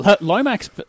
Lomax